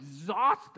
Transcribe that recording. exhausting